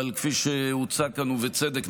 אבל כפי שהוצע כאן ובצדק,